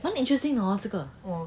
蛮 interesting 的 hor 这个